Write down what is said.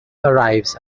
arrives